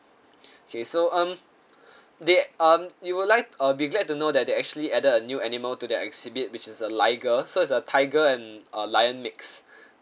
okay so um they um you would like uh be glad to know that they actually added a new animal to the exhibit which is a liger so it's a the tiger and a lion mix